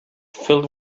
filled